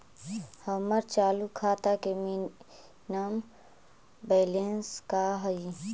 हमर चालू खाता के मिनिमम बैलेंस का हई?